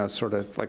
ah sort of, like